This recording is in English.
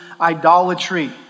idolatry